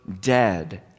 dead